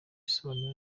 isobanura